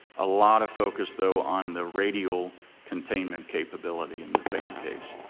a lot of focus though on the radial containment capability in the fan case.